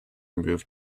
moved